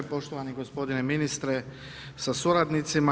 Poštovani gospodine ministre sa suradnicima.